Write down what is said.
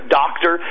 doctor